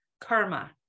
karma